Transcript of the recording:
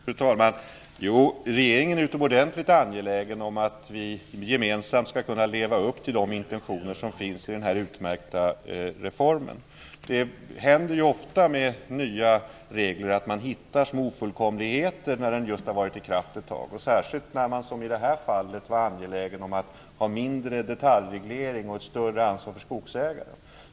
Fru talman! Regeringen är utomordentligt angelägen om att vi gemensamt skall kunna leva upp till intentionerna bakom denna utmärkta reform. Det händer ofta med nya regler att man hittar små ofullkomligheter när de har varit i kraft ett tag. Det gäller särskilt när man, som i detta fall, varit angelägen om att få mindre av detaljreglering och ett större antal skogsägare.